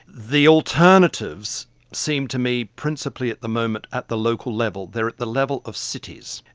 the alternatives seem to me principally at the moment at the local level, they are at the level of cities.